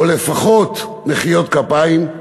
או לפחות מחיאות כפיים,